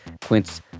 Quince